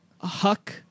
Huck